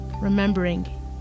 Remembering